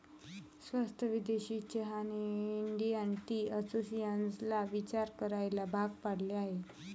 स्वस्त विदेशी चहाने इंडियन टी असोसिएशनला विचार करायला भाग पाडले आहे